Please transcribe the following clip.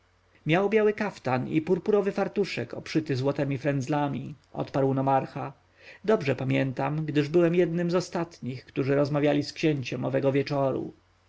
miał biały kaftan i purpurowy fartuszek obszyty złotemi frendzlami odparł nomarcha dobrze pamiętam gdyż byłem jednym z ostatnich którzy rozmawiali z księciem owego wieczora